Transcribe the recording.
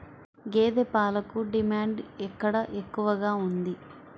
గేదె పాలకు డిమాండ్ ఎక్కడ ఎక్కువగా ఉంది?